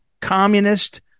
communist